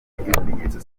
ibimenyetso